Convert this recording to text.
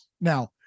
Now